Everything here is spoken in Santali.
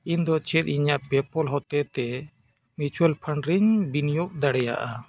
ᱤᱧᱫᱚ ᱪᱮᱫ ᱤᱧᱟᱹᱜ ᱦᱚᱛᱮᱛᱮ ᱨᱤᱧ ᱵᱤᱱᱤᱭᱳᱜᱽ ᱫᱟᱲᱮᱭᱟᱜᱼᱟ